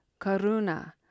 karuna